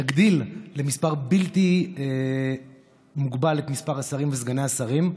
שתגדיל למספר בלתי מוגבל את מספר השרים וסגני השרים.